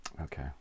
Okay